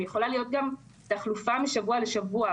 יכולה להיות גם תחלופה משבוע לשבוע,